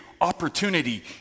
opportunity